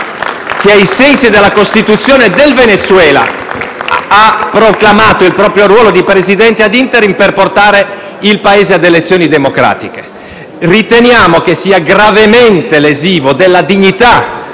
che ai sensi della Costituzione del Venezuela ha proclamato il proprio ruolo di Presidente *ad interim*, per portare il Paese ad elezioni democratiche. Riteniamo che sia gravemente lesiva della dignità